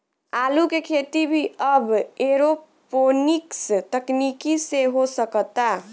आलू के खेती भी अब एरोपोनिक्स तकनीकी से हो सकता